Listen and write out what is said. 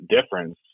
difference